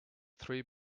three